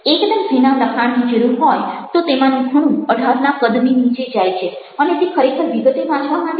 એકદમ ઝીણા લખાણની જરૂર હોય તો તેમાનું ઘણું 18 ના કદની નીચે જાય છે અને તે ખરેખર વિગતે વાંચવા માટે નથી